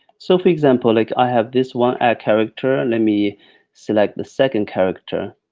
so for example, like i have this one, a character, let me select the second character.